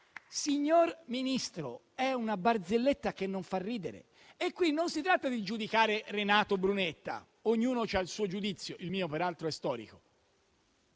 signor Ministro, è una barzelletta che non fa ridere. Qui non si tratta di giudicare Renato Brunetta, su cui ognuno ha il suo giudizio (il mio peraltro è storico).